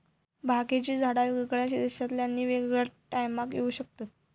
भांगेची झाडा वेगवेगळ्या देशांतल्यानी वेगवेगळ्या टायमाक येऊ शकतत